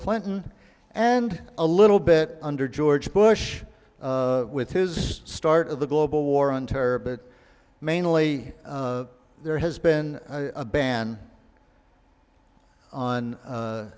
clinton and a little bit under george bush with his start of the global war on terror but mainly there has been a ban on